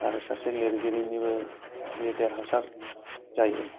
आरो सासे लिरगिरिनिबो देरहासार जायो